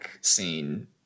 scene